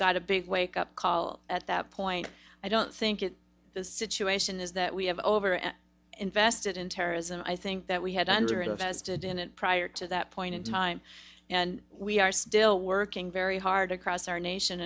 got a big wake up call at that point i don't think is the situation is that we have over invested in terrorism i think that we had under invested in it prior to that point in time and we are still working very hard across our nation